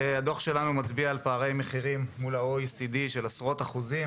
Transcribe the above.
הדוח שלנו מצביע על פערי מחירים מול ה-OECD של עשרות אחוזים.